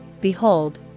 behold